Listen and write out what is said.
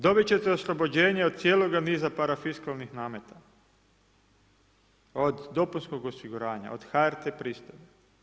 Dobiti ćete oslobođenje od cijeloga niza parafiskalnih nameta od dopunskog osiguranja od HRT pristojbi.